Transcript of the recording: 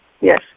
Yes